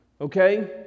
Okay